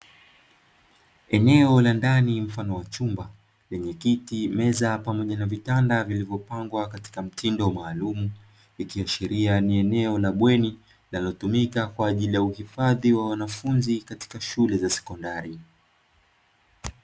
Eneo la ndani mfano wa chumba yenye kiti, meza pamoja na kitanda vilivyopangwa kwa mpangilio maalumu ikiashiria ni eneo la bweni linalotumika kwa ajili ya kuhifadhi wanafunzi katika shule ya sekondari.